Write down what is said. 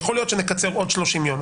יכול להיות שנקצר עוד 30 יום.